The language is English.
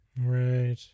Right